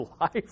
life